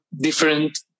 different